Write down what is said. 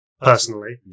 personally